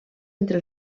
entre